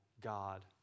God